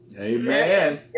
Amen